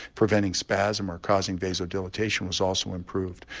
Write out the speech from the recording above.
preventing spasm or causing, vasal dilatation was also improved.